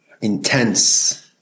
intense